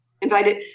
invited